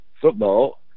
football